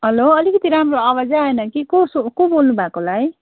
hello अलिकति राम्रो आवाजै आएन कि कसो को बोल्नुभएको होला है